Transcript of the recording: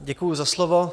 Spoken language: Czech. Děkuju za slovo.